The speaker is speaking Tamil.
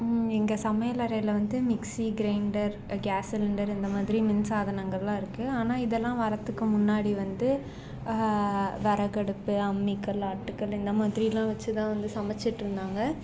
எங்கள் சமையலறையில் வந்து மிக்சி கிரைண்டர் கேஸ் சிலிண்டர் இந்தமாதிரி மின் சாதனங்களெலாம் இருக்குது ஆனால் இதெல்லாம் வரத்துக்கு முன்னாடி வந்து விறகடுப்பு அம்மிக்கல் ஆட்டுக்கல் இந்தமாதிரிலாம் வச்சுதான் வந்து சமைச்சிட்ருந்தாங்க